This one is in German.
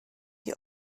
die